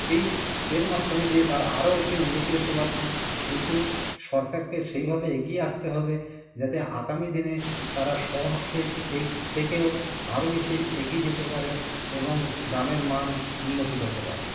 এই এর মাধ্যমে দিয়ে তারা আরও বেশি উন্নতি করতে পারতো কিন্তু সরকারকে সেইভাবে এগিয়ে আসতে হবে যাতে আগামী দিনে তারা শহরকে এগ থেকেও আরও বেশি এগিয়ে যেতে পারে এবং গ্রামের মান উন্নতি করতে পারে